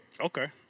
Okay